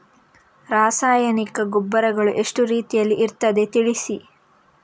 ರಾಸಾಯನಿಕ ಗೊಬ್ಬರಗಳು ಎಷ್ಟು ರೀತಿಯಲ್ಲಿ ಇರ್ತದೆ ತಿಳಿಸಿ?